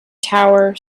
tower